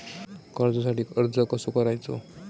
कर्जासाठी अर्ज कसो करायचो?